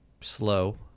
slow